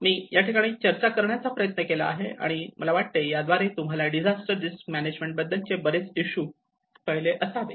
मी या ठिकाणी चर्चा करण्याचा प्रयत्न केला आहे आणि मला वाटते याद्वारे तुम्हाला डिझास्टर रिस्क मॅनेजमेंट बद्दलचे बरेच इशू कळले असावेत